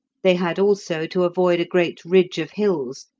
they had also to avoid a great ridge of hills,